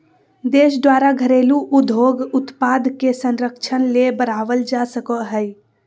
देश द्वारा घरेलू उद्योग उत्पाद के संरक्षण ले बढ़ावल जा सको हइ